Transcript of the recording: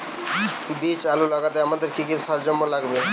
বীজ আলু লাগাতে আমাদের কি কি সরঞ্জাম লাগে?